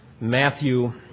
Matthew